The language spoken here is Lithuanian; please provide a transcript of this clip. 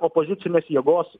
opozicinės jėgos